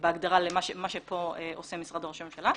בהגדרה למה שפה עושה משרד ראש הממשלה.